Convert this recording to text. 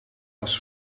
was